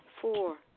Four